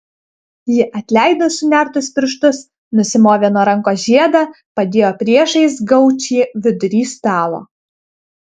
ji atleido sunertus pirštus nusimovė nuo rankos žiedą padėjo priešais gaučį vidury stalo